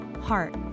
heart